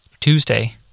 Tuesday